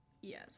Yes